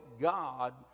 God